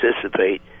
participate